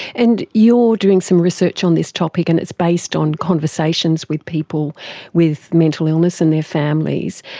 and you're doing some research on this topic and it's based on conversations with people with mental illness and their families.